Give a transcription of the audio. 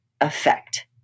effect